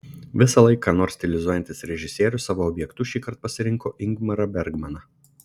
visąlaik ką nors stilizuojantis režisierius savo objektu šįkart pasirinko ingmarą bergmaną